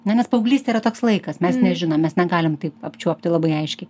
na nes paauglystė yra toks laikas mes nežinom mes negalim taip apčiuopti labai aiškiai